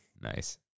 Nice